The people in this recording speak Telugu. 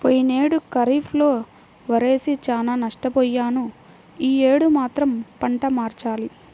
పోయినేడు ఖరీఫ్ లో వరేసి చానా నష్టపొయ్యాను యీ యేడు మాత్రం పంట మార్చాలి